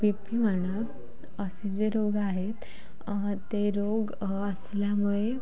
बी P म्हणा असे जे रोग आहेत ते रोग असल्यामुळे